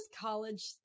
college